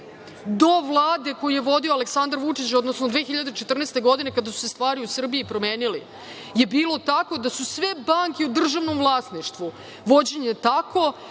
do Vlade koji je vodio Aleksandar Vučić, odnosno 2014. godine, kada su se stvari u Srbiji promenile, je bilo tako da su sve banke u državnom vlasništvu vođene tako